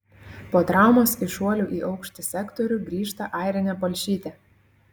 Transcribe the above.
po traumos į šuolių į aukštį sektorių grįžta airinė palšytė